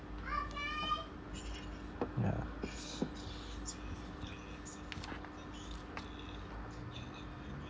yeah